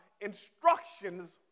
instructions